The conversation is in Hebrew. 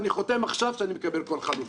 אני חותם עכשיו שאני מקבל כל חלופה.